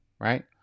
Right